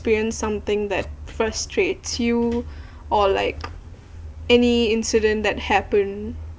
experience something that frustrates you or like any incident that happen